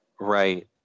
Right